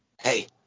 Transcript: Hey